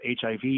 HIV